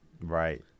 Right